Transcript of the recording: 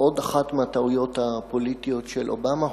עוד אחת מהטעויות הפוליטיות של אובמה.